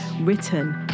written